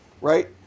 right